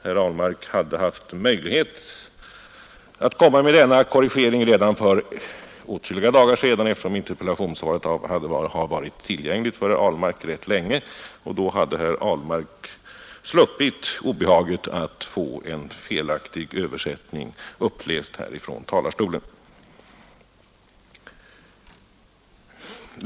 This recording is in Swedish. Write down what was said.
Herr Ahlmark hade dock haft möjlighet att göra denna korrigering redan för åtskilliga dagar sedan, eftersom interpellationssvaret har varit tillgängligt för herr Ahlmark rätt länge. Då hade herr Ahlmark sluppit obehaget att få en felaktig översättning uppläst från talarstolen.